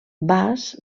bas